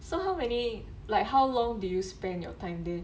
so how many like how long do you spend your time there